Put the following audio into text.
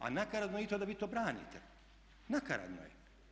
A nakaradno je i to da vi to branite, nakaradno je.